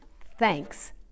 Thanks